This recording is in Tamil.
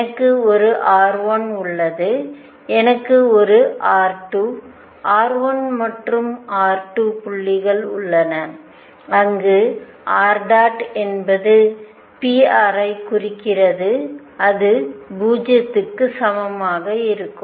எனக்கு ஒரு r1 உள்ளது எனக்கு ஒரு r2 r1மற்றும் r2 புள்ளிகள் உள்ளன அங்கு r ̇ என்பது prஐ குறிக்கிறதுஅது 0 க்கு சமமாக இருக்கும்